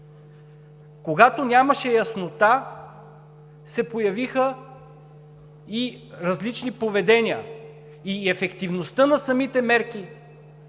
Когато нямаше яснота, се появиха и различни поведения, и ефективността на самите мерки